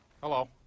Hello